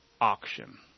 auction